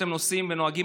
כשאתם נוסעים ונוהגים,